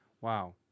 wow